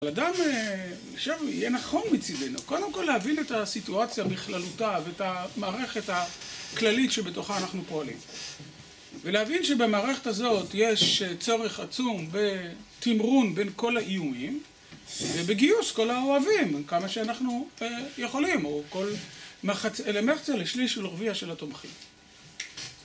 האדם, עכשיו, יהיה נכון מצדנו, קודם כל להבין את הסיטואציה בכללותה ואת המערכת הכללית שבתוכה אנחנו פועלים. ולהבין שבמערכת הזאת יש צורך עצום בתמרון בין כל האיומים, ובגיוס כל האוהבים, כמה שאנחנו יכולים, או כל מחצה לשליש ולרביע של התומכים.